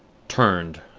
turned,